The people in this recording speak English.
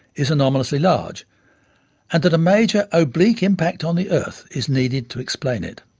is anomalously large and that a major oblique impact on the earth is needed to explain it.